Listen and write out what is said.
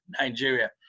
Nigeria